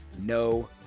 no